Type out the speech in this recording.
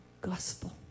gospel